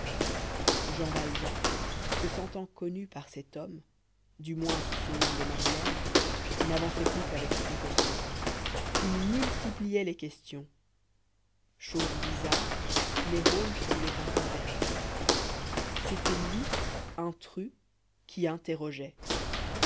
jean valjean se sentant connu par cet homme du moins sous son nom de madeleine n'avançait plus qu'avec précaution il multipliait les questions chose bizarre les rôles semblaient intervertis c'était lui intrus qui interrogeait